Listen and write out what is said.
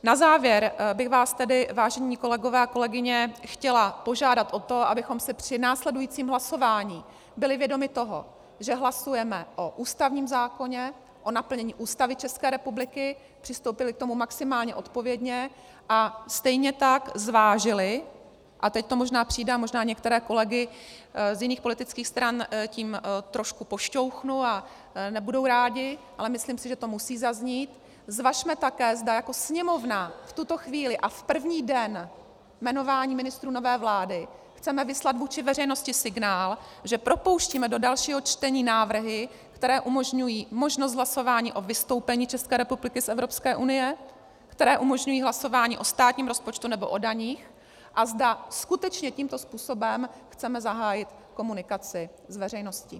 Na závěr bych vás tedy, vážené kolegyně a kolegové, chtěla požádat o to, abychom si při následujícím hlasování byli vědomi toho, že hlasujeme o ústavním zákoně, o naplnění Ústavy České republiky, přistoupili k tomu maximálně odpovědně a stejně tak zvážili, a teď to možná přijde a možná některé kolegy z jiných politických stran tím trošku pošťouchnu a nebudou rádi, ale myslím, že to musí zaznít, zvažme také, zda jako Sněmovna v tuto chvíli a v první den jmenování ministrů nové vlády chceme vyslat veřejnosti signál, že propouštíme do dalšího čtení návrhy, které umožňují možnost hlasování o vystoupení České republiky z Evropské unie, které umožňují hlasování o státním rozpočtu nebo o daních, a zda skutečně tímto způsobem chceme zahájit komunikaci s veřejností.